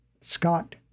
Scott